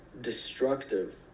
destructive